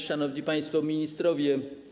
Szanowni Państwo Ministrowie!